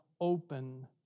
open